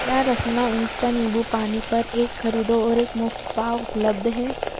क्या रसना इंस्टा निंबूपानी पर एक ख़रीदो और एक मुफ्त पाओ उपलब्ध है